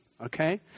okay